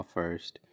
first